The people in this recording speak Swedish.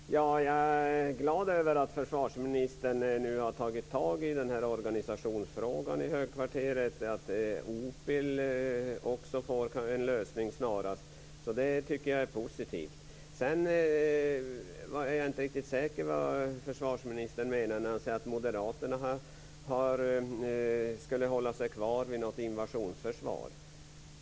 Fru talman! Jag är glad över att försvarsministern nu har tagit tag i organisationsfrågan i högkvarteret och att OPIL också får en lösning snarast. Det tycker jag är positivt. Sedan är jag inte riktigt säker på vad försvarsministern menar när han säger att Moderaterna skulle hålla sig kvar vid ett invasionsförsvar.